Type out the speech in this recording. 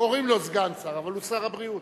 קוראים לו סגן שר, אבל הוא שר הבריאות.